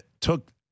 took